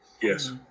yes